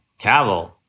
Cavill